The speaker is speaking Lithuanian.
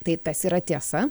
tai tas yra tiesa